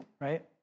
right